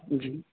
जी